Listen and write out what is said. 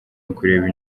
ukureba